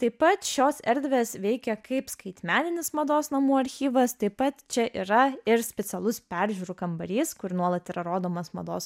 taip pat šios erdvės veikia kaip skaitmeninis mados namų archyvas taip pat čia yra ir specialus peržiūrų kambarys kur nuolat yra rodomas mados